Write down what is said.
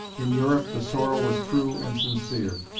in europe, the sorrow was true and sincere.